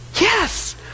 Yes